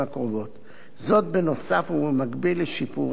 זאת נוסף על ובמקביל לשיפורי תשתית התחבורה